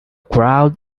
crowd